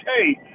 hey